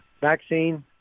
vaccine